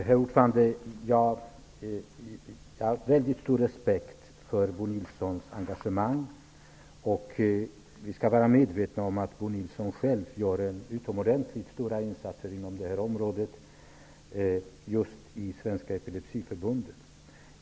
Herr talman! Jag har väldigt stor respekt för Bo Nilssons engagemang. Vi skall vara medvetna om att Bo Nilsson själv gör utomordentligt stora insatser inom det här området i Svenska epilepsiförbundet.